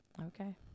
Okay